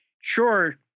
Sure